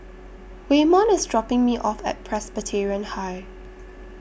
Waymon IS dropping Me off At Presbyterian High